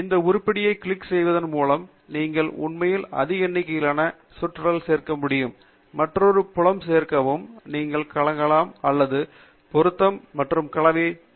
இந்த உருப்படியைக் கிளிக் செய்வதன் மூலம் நீங்கள் உண்மையில் அதிக எண்ணிக்கையிலான சொற்றொடர்களை சேர்க்க முடியும் மற்றொரு புலம் சேர்க்கவும் நீங்கள் கலக்கலாம் அல்லது பொருத்த முடியும் மற்றும் கலவையை செய்யலாம்